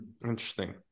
Interesting